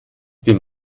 dem